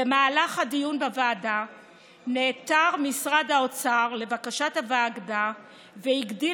במהלך הדיון בוועדה נעתר משרד האוצר לבקשת הוועדה והגדיל